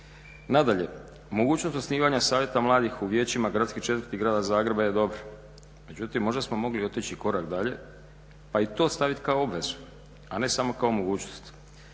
Nadalje, mogućnost osnivanja Savjeta mladih u vijećima gradskih četvrti Grada Zagreba je dobra, međutim možda smo mogli otići i korak dalje pa i to staviti kao obvezu, a ne samo kao mogućnosti.